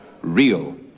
real